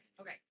Okay